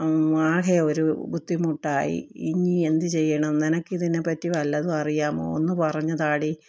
ആകെ ഒരു ബുദ്ധിമുട്ടായി ഇനി എന്ത് ചെയ്യണം നിനക്ക് ഇതിനെപറ്റി വല്ലതും അറിയാമോ ഒന്ന് പറഞ്ഞുതാടി